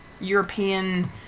european